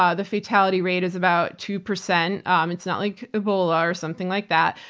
ah the fatality rate is about two percent. um it's not like ebola or something like that.